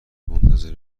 منتظر